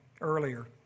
earlier